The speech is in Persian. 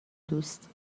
دوست